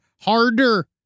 harder